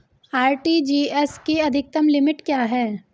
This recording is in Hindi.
आर.टी.जी.एस की अधिकतम लिमिट क्या है?